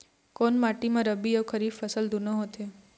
कोन माटी म रबी अऊ खरीफ फसल दूनों होत हे?